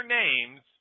names